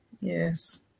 Yes